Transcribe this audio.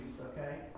Okay